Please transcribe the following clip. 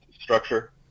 structure